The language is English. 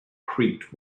creaked